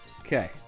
Okay